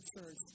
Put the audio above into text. church